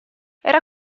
era